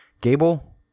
Gable